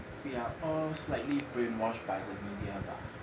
we are all slightly brainwashed by the media bah